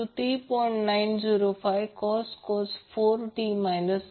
905cos 4t 19